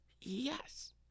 Yes